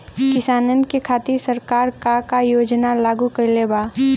किसानन के खातिर सरकार का का योजना लागू कईले बा?